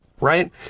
right